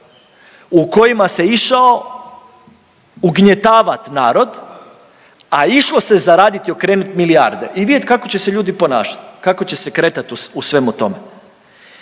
u kojima se išao ugnjetavat narod, a išlo se zaradit i okrenut milijarde i vidjet kako će se ljudi ponašat, kako će se kretat u svemu tome.